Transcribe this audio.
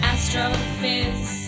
Astrophys